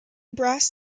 brass